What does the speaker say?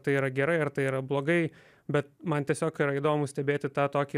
tai yra gerai ar tai yra blogai bet man tiesiog yra įdomu stebėti tą tokį